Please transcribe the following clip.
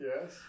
Yes